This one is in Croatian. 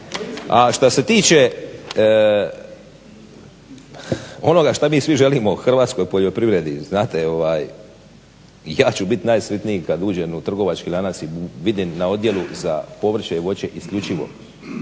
A šta se tiče onoga šta mi svi želimo hrvatskoj poljoprivredi, znate ja ću bit najsretniji kad uđem u trgovački lanac i vidim na odjelu za povrće i voće isključivo